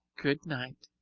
good night.